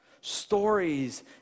Stories